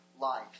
life